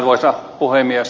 arvoisa puhemies